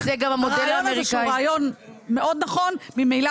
הרעיון הזה שהוא רעיון מאוד נכון ממילא